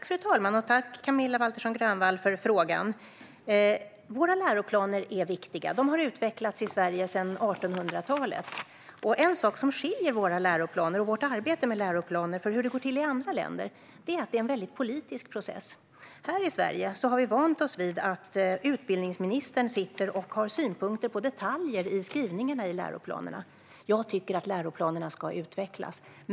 Fru talman! Tack, Camilla Waltersson Grönvall, för frågan! Våra läroplaner är viktiga. De har utvecklats i Sverige sedan 1800-talet. En sak som skiljer våra läroplaner och vårt arbete med läroplaner från hur det går till i andra länder är att vår process är väldigt politisk. Här i Sverige har vi vant oss vid att utbildningsministern sitter och har synpunkter på detaljer i skrivningarna i läroplanerna. Jag tycker att läroplanerna ska utvecklas.